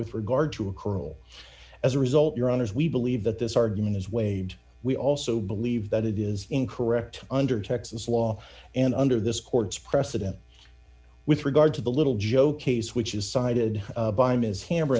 with regard to a colonel as a result your honour's we believe that this argument is waived we also believe that it is incorrect under texas law and under this court's precedent with regard to the little joke case which is cited by ms ham